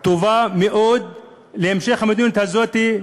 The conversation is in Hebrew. טובה מאוד להמשך המדיניות הזאת.